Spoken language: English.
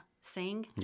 sing